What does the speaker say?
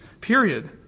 period